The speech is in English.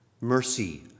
mercy